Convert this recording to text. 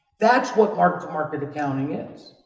that's what mark-to-market accounting is.